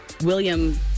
William